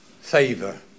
favor